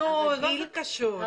מה זה קשור?